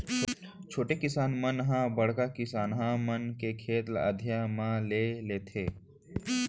छोटे किसान मन ह बड़का किसनहा मन के खेत ल अधिया म ले लेथें